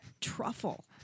truffle